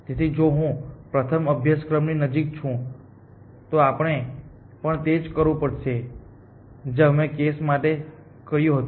તેથી જો હું પ્રથમ અભ્યાસક્રમની નજીક છું તો આપણે પણ તે જ કરવું પડશે જે અમે કેસ ૨ માટે કર્યું હતું